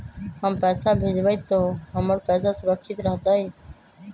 हम पैसा भेजबई तो हमर पैसा सुरक्षित रहतई?